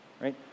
right